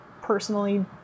personally